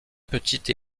petites